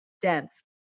dense